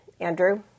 Andrew